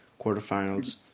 quarterfinals